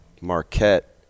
Marquette